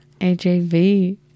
AJV